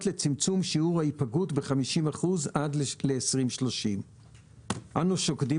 לצמצום שיעור ההיפגעות ב-50% עד לשנת 2030. אנו שוקדים